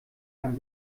ein